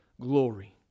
glory